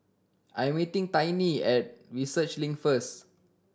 I'm meeting Tiny at Research Link first